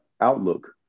outlook